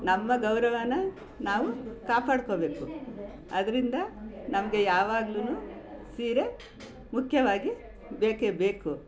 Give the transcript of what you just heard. ನಮ್ಮ ಗೌರವ ನಾವು ಕಾಪಾಡ್ಕೊಬೇಕು ಅದರಿಂದ ನಮಗೆ ಯಾವಾಗ್ಲೂ ಸೀರೆ ಮುಖ್ಯವಾಗಿ ಬೇಕೇ ಬೇಕು